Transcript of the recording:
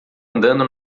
andando